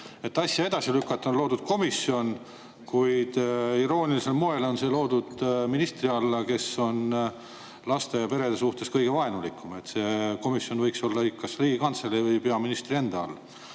et asja edasi lükata, kuid iroonilisel moel on see loodud ministri alla, kes on laste ja perede suhtes kõige vaenulikum. See komisjon võiks olla kas Riigikantselei või peaministri enda all. Aga